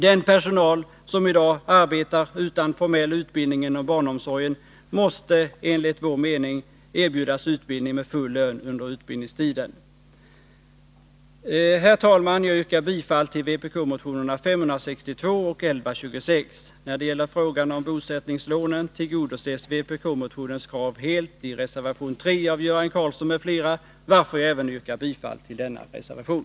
Den personal som i dag arbetar utan formell utbildning inom barnomsorgen måste enligt vår mening erbjudas utbildning med full lön under utbildningstiden. Herr talman! Jag yrkar bifall till vpk-motionerna 562 och 1126. När det gäller frågan om bosättningslånen tillgodoses vpk-motionens krav helt i reservation 3 av Göran Karlsson m.fl., varför jag även yrkar bifall till denna reservation.